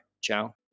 Ciao